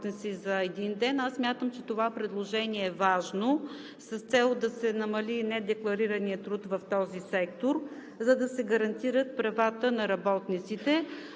аз смятам, че това предложение е важно с цел да се намали недекларираният труд в този сектор, за да се гарантират правата на работниците.